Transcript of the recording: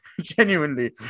Genuinely